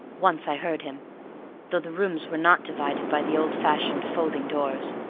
once i heard him though the rooms were not divided by the old-fashioned folding-doors,